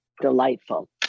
delightful